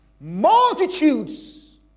Multitudes